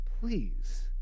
please